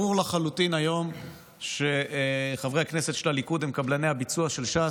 היום ברור לחלוטין שחברי הכנסת של הליכוד הם קבלני הביצוע של ש"ס.